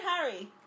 Harry